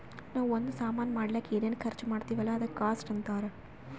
ನಾವೂ ಒಂದ್ ಸಾಮಾನ್ ಮಾಡ್ಲಕ್ ಏನೇನ್ ಖರ್ಚಾ ಮಾಡ್ತಿವಿ ಅಲ್ಲ ಅದುಕ್ಕ ಕಾಸ್ಟ್ ಅಂತಾರ್